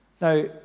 Now